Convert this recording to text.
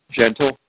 gentle